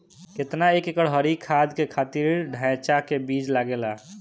केतना एक एकड़ हरी खाद के खातिर ढैचा के बीज लागेला?